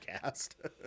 cast